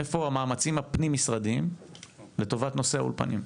איפה המאמצים הפנים-משרדיים לטובת נושא האולפנים?